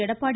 Edappadi